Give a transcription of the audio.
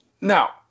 Now